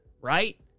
right